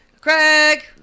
Craig